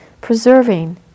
preserving